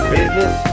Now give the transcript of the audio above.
Business